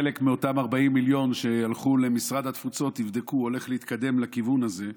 חלק מאותם 40 מיליון שהלכו למשרד התפוצות הולך להתקדם לכיוון הזה.